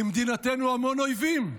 למדינתנו המון אויבים,